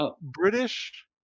British